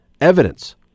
evidence